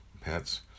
pets